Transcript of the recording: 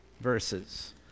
verses